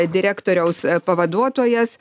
direktoriaus pavaduotojas